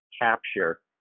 capture